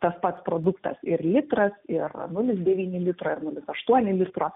tas pats produktas ir litras ir nulis devyni litro ir nulis aštuoni litro